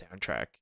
soundtrack